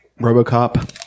Robocop